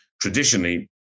traditionally